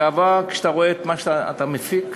גאווה, כשאתה רואה את מה שאתה מפיק.